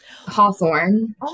Hawthorne